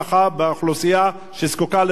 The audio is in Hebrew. באוכלוסייה שזקוקה לרווחה.